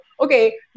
Okay